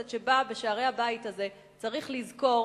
וכל חבר כנסת שבא בשערי הבית הזה צריך לזכור